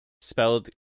spelled